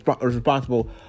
responsible